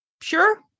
sure